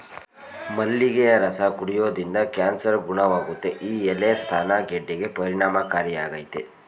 ಮಲ್ಲಿಗೆಯ ರಸ ಕುಡಿಯೋದ್ರಿಂದ ಕ್ಯಾನ್ಸರ್ ಗುಣವಾಗುತ್ತೆ ಈ ಎಲೆ ಸ್ತನ ಗೆಡ್ಡೆಗೆ ಪರಿಣಾಮಕಾರಿಯಾಗಯ್ತೆ